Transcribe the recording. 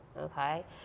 okay